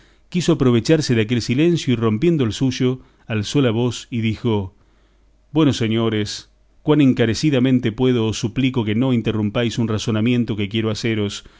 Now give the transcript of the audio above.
quiso aprovecharse de aquel silencio y rompiendo el suyo alzó la voz y dijo buenos señores cuan encarecidamente puedo os suplico que no interrumpáis un razonamiento que quiero haceros